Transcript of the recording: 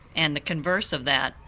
and the converse of that,